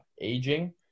aging